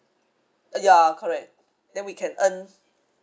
ya correct then we can earn